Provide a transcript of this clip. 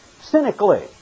cynically